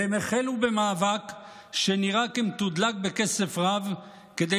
והם החלו במאבק שנראה כמתודלק בכסף רב כדי